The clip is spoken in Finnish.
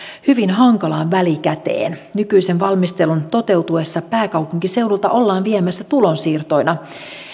hyvin hankalaan välikäteen nykyisen valmistelun toteutuessa pääkaupunkiseudulta ollaan viemässä tulonsiirtoina